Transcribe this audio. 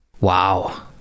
Wow